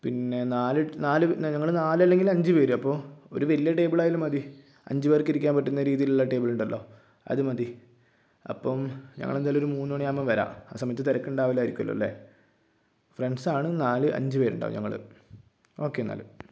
പിന്നെ നാല് നാല് ഞങ്ങൾ നാല് അല്ലെങ്കിൽ അഞ്ച് പേര് അപ്പോൾ ഒരു വലിയ ടേബിളായാലും മതി അഞ്ച് പേര്ക്ക് ഇരിക്കാന് പറ്റുന്ന രീതിയിലുള്ള ടേബിളുണ്ടല്ലോ അത് മതി അപ്പം ഞങ്ങൾ എന്തായാലും ഒരു മൂന്നു മണിയാകുമ്പം വരാം ആ സമയത്ത് തിരക്കുണ്ടാവില്ലായിരിക്കുമല്ലോല്ലേ ഫ്രണ്ട്സ്സാണ് നാല് അഞ്ച് പേർ ഉണ്ടാകും ഞങ്ങൾ ഓക്കേ എന്നാൽ